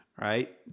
right